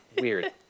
Weird